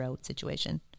situation